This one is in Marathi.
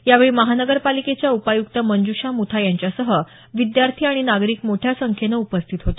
यावेळी महानगर पालिकेच्या उपायुक्त मंज्षा मुथा यांच्यासह विद्यार्थी आणि नागरिक मोठ्या संख्येनं उपस्थित होते